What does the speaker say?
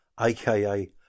aka